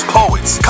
poets